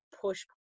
push